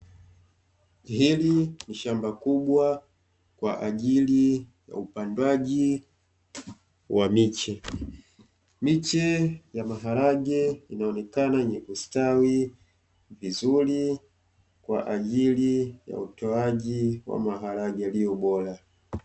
Hili ni shamba kubwa kwa ajili ya upandwaji wa miche, miche ya maharage inaoonekana yenye kustawi vizuri kwa ajili ya utoaji wa maharage yaliyo bora.